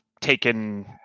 Taken